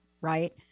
right